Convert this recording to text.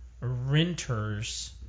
renters –